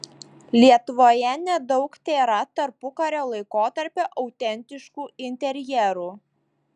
lietuvoje nedaug tėra tarpukario laikotarpio autentiškų interjerų